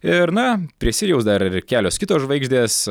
ir na prie sirijaus dar ir kelios kitos žvaigždės